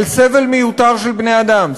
סבל מיותר של בני-אדם,